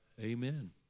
Amen